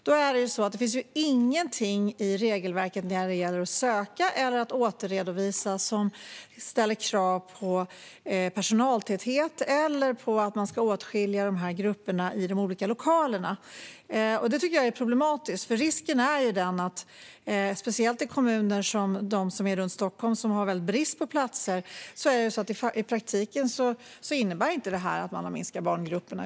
Det finns ingenting i regelverket när det gäller att söka eller att återredovisa som ställer krav på personaltäthet eller på att grupperna ska åtskiljas i de olika lokalerna. Det tycker jag är problematiskt. Risken - speciellt i kommuner som dem runt Stockholm, där det råder brist på platser - är att detta i praktiken inte innebär att man har minskat barngrupperna.